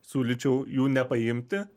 siūlyčiau jų nepaimti